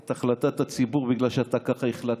את החלטת הציבור, בגלל שאתה ככה החלטת.